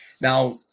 Now